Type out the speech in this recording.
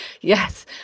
Yes